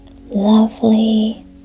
lovely